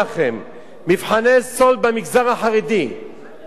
מבחני סאלד במגזר החרדי עד 2004,